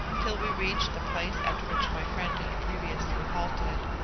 till we reached the place at which my friend had previously halted,